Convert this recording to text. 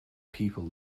people